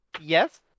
Yes